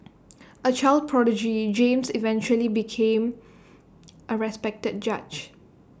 A child prodigy James eventually became A respected judge